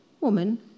Woman